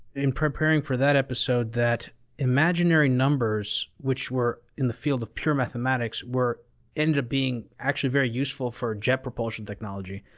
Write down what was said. in preparing for that episode, that imaginary numbers, which were in the field of pure mathematics, ended up being actually very useful for jet propulsion technology.